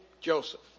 Joseph